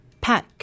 Pack